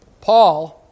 Paul